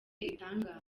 ibitangaza